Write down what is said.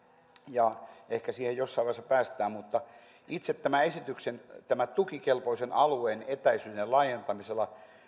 ja ehkä siihen jossain vaiheessa päästään mutta itse esityksen tukikelpoisen alueen etäisyyden laajentaminen